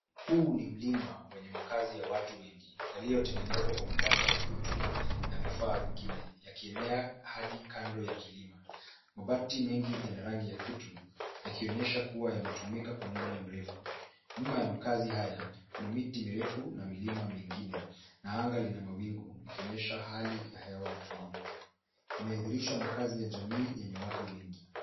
Huu ni mlima wenye makaazi ya watu wengi yaliyotengenezwa kwa mabati ya kutu na vifaa vyengine yakienea hadi kando ya kilima. Mabati mengi yana rangi ya kutu yakionyesha kuwa yametumika kwa muda mrefu. Nyuma ya makaazi haya kuna miti mirefu na milima mengine na anga lina mawingu ikionyesha hali ya hewa tulivu. Inadhihirisha makaazi ya jamii yenye watu wengi.